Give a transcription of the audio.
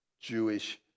Jewish